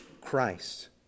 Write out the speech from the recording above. Christ